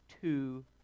two